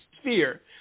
sphere